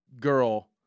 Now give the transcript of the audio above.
girl